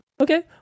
Okay